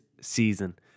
season